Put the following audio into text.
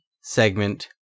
segment